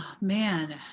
man